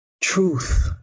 truth